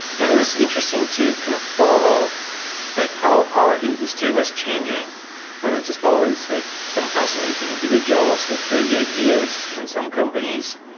and it was interesting to kind of follow like how our industry was changing and it's just always like some fascinating individuals with crazy ideas and some companies.